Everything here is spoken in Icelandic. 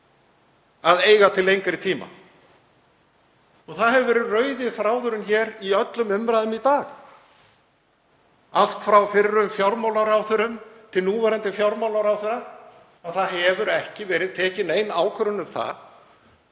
að eiga til lengri tíma. Það hefur verið rauði þráðurinn hér í öllum umræðum í dag, allt frá fyrri fjármálaráðherrum til núverandi fjármálaráðherra, að ekki hefur verið tekin nein ákvörðun um að